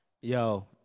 Yo